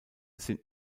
sind